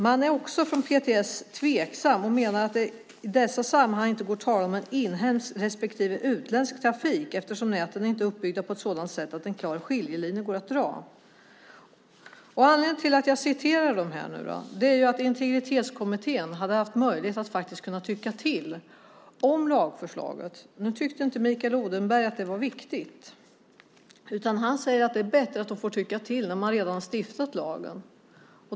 Man är också från PTS tveksam och menar att det i dessa sammanhang inte går att tala om en inhemsk respektive utländsk trafik eftersom näten inte är uppbyggda på ett sådant sätt att en klar skiljelinje går att dra. Anledningen till att jag citerar dessa är att Integritetsskyddskommittén hade haft möjlighet att tycka till om lagförslaget. Mikael Odenberg tyckte inte att det var viktigt. Han säger att det är bättre att de får tycka till när man har stiftat lagen.